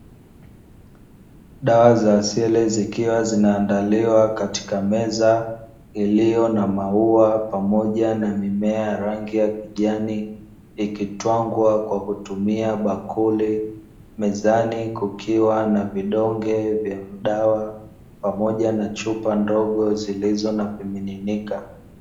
Dawa za asili zikiwa zinaandaliwa katika meza iliyo na maua, pamoja na mimea rangi ya kijani ikitwangwa kwa kutumia bakuli, mezani kukiwa na vidonge vya dawa, pamoja na chupa ndogo zilizo na vimiminika.